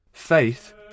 Faith